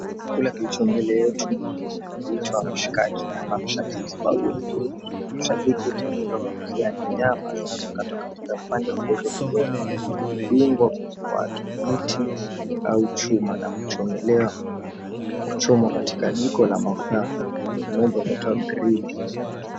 Chakula kilicho mbele yetu kinaitwa mishikaki au mshakiki, mshakiki hutengenezwa kupitia nyama zinazokatwa katika vipande vidogo vidogo hudungwa kwa mti au chuma na kuchomelewa, kuchomwa katika jiko la makaa kwa kimombo huitwa grill .